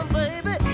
baby